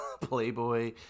playboy